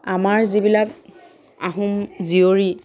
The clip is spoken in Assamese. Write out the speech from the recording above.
আমাৰ যিবিলাক আহোম জীয়ৰী